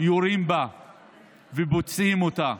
ויורים בה ופוצעים אותה,